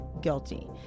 guilty